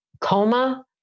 coma